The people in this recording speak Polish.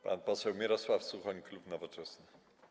Pan poseł Mirosław Suchoń, klub Nowoczesna.